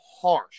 harsh